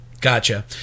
Gotcha